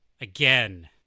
again